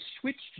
switched